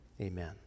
amen